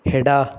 ಎಡ